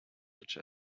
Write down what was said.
such